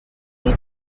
you